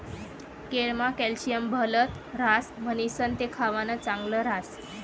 केळमा कॅल्शियम भलत ह्रास म्हणीसण ते खावानं चांगल ह्रास